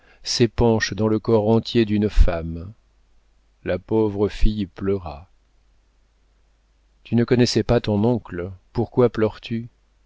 s'épanche dans le corps entier d'une femme la pauvre fille pleura tu ne connaissais pas ton oncle pourquoi pleures-tu